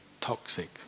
toxic